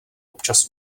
občas